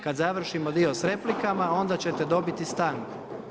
Kad završimo dio s replikama, onda ćete dobiti stanku.